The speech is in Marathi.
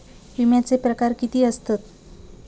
विमाचे प्रकार किती असतत?